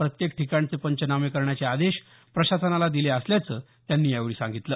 प्रत्येक ठिकाणचे पंचनामे करण्याचे आदेश प्रशासनाला दिले असल्याचं त्यांनी यावेळी सांगितलं